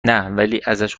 ازش